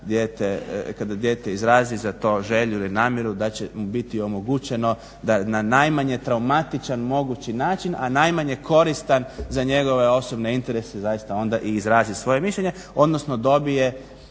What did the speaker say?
kada dijete izrazi za to želju i namjeru da će biti omogućeno da na najmanje traumatičan mogući način a najmanje koristan za njegove osobne interese, zaista onda i izrazi svoje mišljenje, odnosno dobije